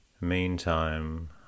Meantime